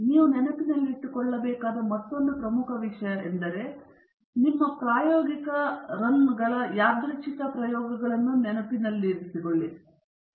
ಆದ್ದರಿಂದ ನೀವು ಒಂದು ಮೈನಸ್ 1 ರಿಂದ ಭಾಗಿಸಿ ಅಲ್ಲಿ ಒಂದು ಚಿಕಿತ್ಸೆಯ ಸಂಖ್ಯೆ ಮತ್ತು ತಪ್ಪಾಗಿ ಸ್ಕೇಲ್ಡ್ ದೋಷ ವರ್ಗವನ್ನು ಪಡೆಯಲು ನಾವು n ನ ಮೈನಸ್ 1 ಆಗಿ ದೋಷದ ಮೊತ್ತವನ್ನು ವಿಭಾಗಿಸುತ್ತದೆ n ಮೈನಸ್ 1 ಆಗಿರುವ ದೋಷ ಅಂಶದ ಸ್ವಾತಂತ್ರ್ಯದ ಹಂತಗಳು